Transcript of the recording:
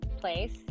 place